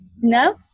No